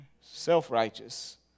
self-righteous